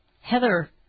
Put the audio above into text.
Heather